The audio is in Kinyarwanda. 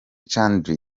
chandiru